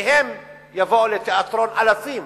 שמהם יבואו לתיאטרון אלפים,